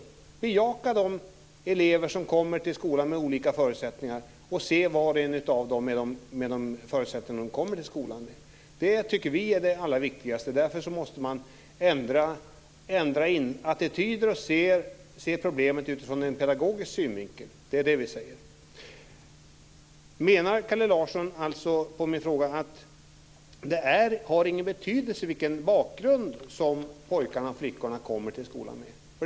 Man ska bejaka de elever som kommer till skolan med olika förutsättningar och behandla var och en utifrån dem. Det tycker vi är det allra viktigaste. Därför måste man ändra attityder och se problemet utifrån en pedagogisk synvinkel. Menar Kalle Larsson att det inte har någon betydelse vilken bakgrund som pojkarna och flickorna i skolan har?